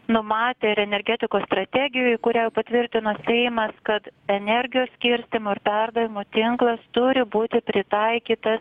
numatę ir energetikos strategijoj kurią patvirtino seimas kad energijos skirstymo ir perdavimo tinklas turi būti pritaikytas